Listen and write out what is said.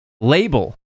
label